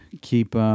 keep